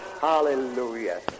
Hallelujah